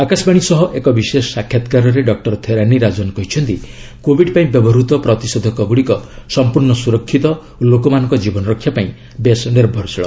ଆକାଶବାଣୀ ସହ ଏକ ବିଶେଷ ସାକ୍ଷାତକାରରେ ଡକୁର ଥେରାନି ରାଜନ କହିଛନ୍ତି କୋବିଡ୍ ପାଇଁ ବ୍ୟବହୂତ ପ୍ରତିଷେଧକ ଗୁଡ଼ିକ ସମ୍ପୂର୍ଣ୍ଣ ସୁରକ୍ଷିତ ଓ ଲୋକମାନଙ୍କ ଜୀବନରକ୍ଷା ପାଇଁ ବେଶ୍ ନିର୍ଭରଶୀଳ